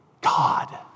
God